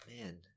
Man